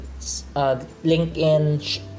LinkedIn